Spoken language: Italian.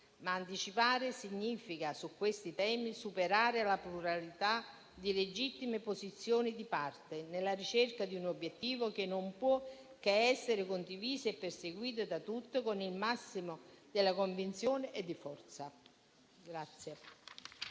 Ma anticipare su questi temi significa superare la pluralità di legittime posizioni di parte, nella ricerca di un obiettivo che non può che essere condiviso e perseguito da tutti con il massimo della convinzione e della forza.